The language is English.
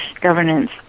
governance